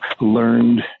learned